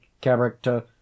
character